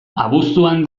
abuztuan